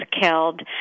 killed